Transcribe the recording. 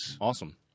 Awesome